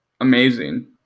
amazing